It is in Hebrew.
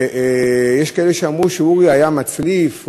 יש כאלה שאמרו שאורי היה מצליף,